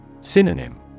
Synonym